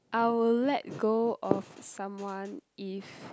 I will let go of someone if